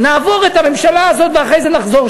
נעבור את הממשלה הזאת ואחרי זה נחזור,